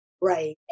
right